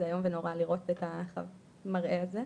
זה איום ונורא לראות את המראה הזה.